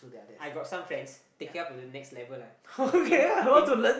I got some friends taking up to the next level lah in in